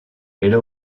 era